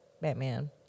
Batman